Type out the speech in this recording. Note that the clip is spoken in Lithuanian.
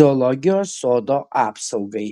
zoologijos sodo apsaugai